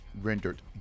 rendered